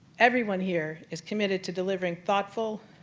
everyone here is committed to delivering thoughtful,